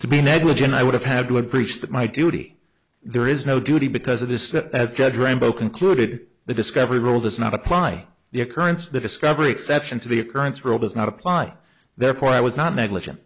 to be negligent i would have had would preach that my duty there is no duty because of this that as judge rainbow concluded the discovery role does not apply the occurrence of the discovery exception to the occurrence rule does not apply therefore i was not negligent